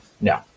No